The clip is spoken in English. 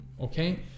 okay